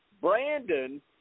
Brandon